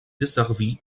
desservie